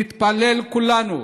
נתפלל כולנו